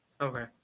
Okay